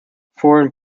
foreign